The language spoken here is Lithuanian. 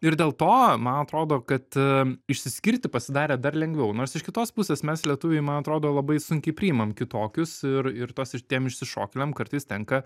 ir dėl to man atrodo kad a išsiskirti pasidarė dar lengviau nors iš kitos pusės mes lietuviai man atrodo labai sunkiai priimam kitokius ir ir tuos ir tiem išsišokėliams kartais tenka